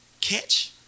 catch